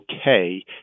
okay